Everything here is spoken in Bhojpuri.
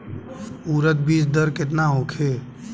उरद बीज दर केतना होखे?